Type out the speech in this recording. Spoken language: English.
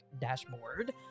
dashboard